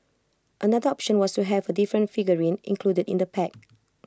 another option was to have A different figurine included in the pack